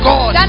God